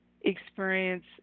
experience